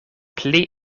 pli